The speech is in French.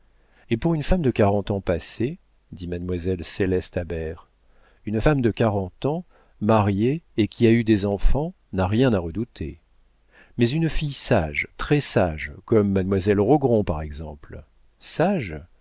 et pour une femme de quarante ans passés dit mademoiselle céleste habert une femme de quarante ans mariée et qui a eu des enfants n'a rien à redouter mais une fille sage très-sage comme mademoiselle rogron par exemple sage